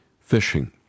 fishing